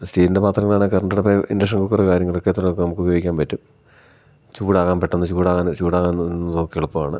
സ്റ്റീലിൻ്റെ പാത്രം വേണമെങ്കിൽ കറണ്ട് അടുപ്പ് ഇൻഡക്ഷൻ കുക്കറ് കാര്യങ്ങളൊക്കെ എത്ര ഒക്കെ നമുക്ക് ഉപയോഗിക്കാൻ പറ്റും ചൂടാകാൻ പെട്ടെന്ന് ചൂടാകാൻ ചൂടാകുന്നത് നോക്കാൻ എളുപ്പമാണ്